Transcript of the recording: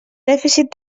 dèficit